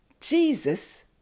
Jesus